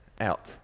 out